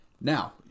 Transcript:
Now